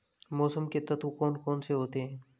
मौसम के तत्व कौन कौन से होते हैं?